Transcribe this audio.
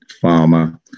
Farmer